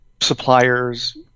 suppliers